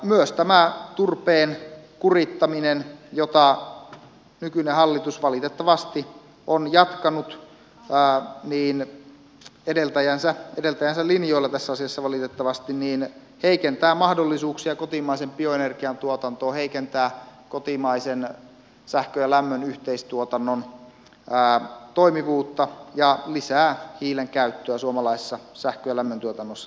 myös tämä turpeen kurittaminen jota nykyinen hallitus valitettavasti on jatkanut edeltäjänsä linjoilla tässä asiassa valitettavasti heikentää mahdollisuuksia kotimaisen bioenergian tuotantoon heikentää kotimaisen sähkön ja lämmön yhteistuotannon toimivuutta ja lisää hiilen käyttöä suomalaisessa sähkön ja lämmöntuotannossa